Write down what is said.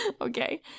okay